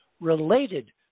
related